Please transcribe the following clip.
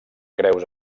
creus